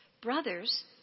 brothers